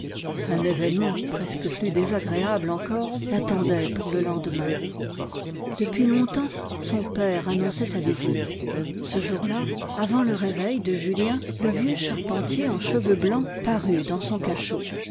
un événement presque plus désagréable encore l'attendait pour le lendemain depuis longtemps son père annonçait sa visite ce jour-là avant le réveil de julien le vieux charpentier en cheveux blancs parut dans son cachot